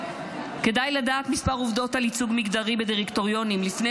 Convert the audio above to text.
כדאי לדעת כמה עובדות על ייצוג מגדרי בדירקטוריונים לפני